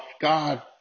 God